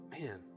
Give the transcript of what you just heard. man